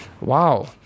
Wow